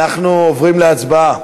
אנחנו עוברים להצבעה.